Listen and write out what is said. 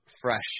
fresh